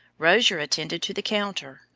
rozier attended to the counter,